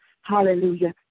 hallelujah